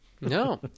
No